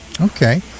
Okay